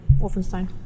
Wolfenstein